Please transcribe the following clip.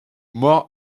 more